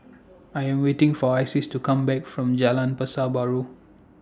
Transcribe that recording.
I Am waiting For Isis to Come Back from Jalan Pasar Baru